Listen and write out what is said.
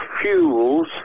fuels